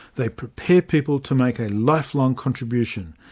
they prepare people to make a lifelong contribution.